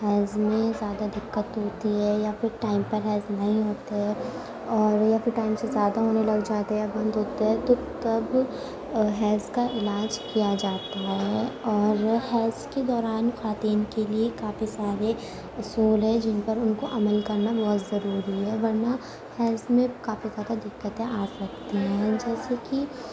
حیض میں زیادہ دقت ہوتی ہے یا پھر ٹائم پر حیض نہیں ہوتے ہے اور یا پھر ٹائم سے زیادہ ہونے لگ جاتے ہے یا بند ہوتے ہے تو تب حیض کا علاج کیا جاتا ہے اور حیض کے دوران خواتین کے لیے کافی سارے اصول ہیں جن پر ان کو عمل کرنا بہت ضروری ہے ورنہ حیض میں کافی زیادہ دقّتیں آ سکتی ہیں جیسے کہ